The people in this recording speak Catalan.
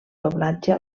doblatge